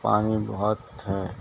پانی بہت ہے